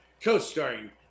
Co-starring